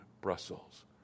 Brussels